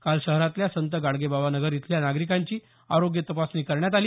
काल शहरातल्या संत गाडगेबाबा नगर इथल्या नागरिकांची आरोग्य तपासणी करण्यात आली